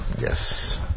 Yes